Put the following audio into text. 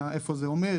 איפה זה עומד,